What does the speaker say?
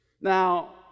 Now